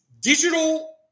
digital